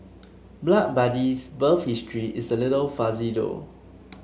Blood Buddy's birth history is a little fuzzy though